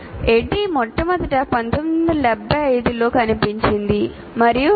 ADDIE మొట్టమొదట 1975 లో కనిపించింది మరియు U